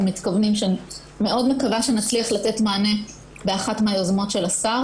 מתכוונים שאני מאוד מקווה שנצליח לתת מענה באחת מהיוזמות של השר